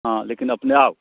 हँ लेकिन अपने आउ